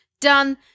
Done